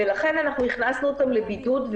ולכן הכנסנו אותם לבידוד,